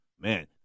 Man